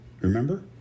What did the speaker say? Remember